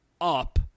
up